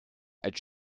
als